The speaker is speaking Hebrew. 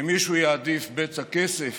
שמישהו יעדיף בצע כסף